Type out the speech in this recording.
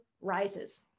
rises